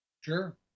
sure